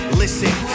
Listen